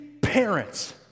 parents